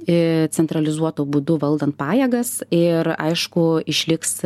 ir centralizuotu būdu valdant pajėgas ir aišku išliks